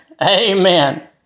Amen